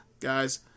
Guys